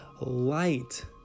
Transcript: light